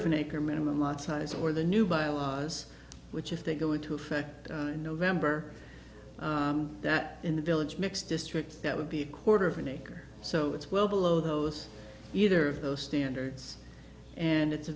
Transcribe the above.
of an acre minimum lot size or the new byelaws which if they go into effect in november that in the village mix district that would be a quarter of an acre so it's well below those either of those standards and it's a